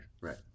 Right